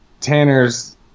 Tanner's